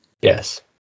Yes